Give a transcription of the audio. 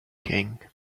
king